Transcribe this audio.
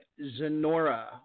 Zenora